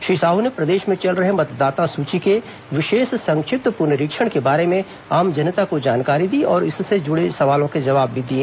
श्री साहू ने प्रदेश में चल रहे मतदाता सूची के विशेष संक्षिप्त पुनरीक्षण के बारे में आम जनता को जानकारी दी और इससे जुड़े सवालों के जवाब भी दिए